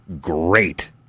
great